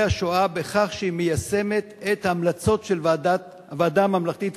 השואה בכך שהם מיישמת את ההמלצות של הוועדה הממלכתית,